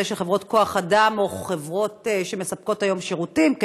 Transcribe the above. של חברות כוח-אדם או חברות שמספקות היום שירותים בכלל.